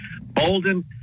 Bolden